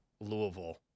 Louisville